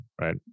right